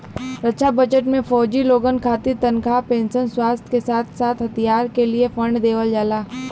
रक्षा budget में फौजी लोगन खातिर तनखा पेंशन, स्वास्थ के साथ साथ हथियार क लिए फण्ड देवल जाला